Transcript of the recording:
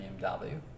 BMW